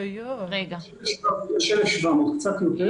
יש 1,700, קצת יותר.